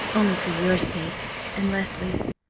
only for your sake and leslie's!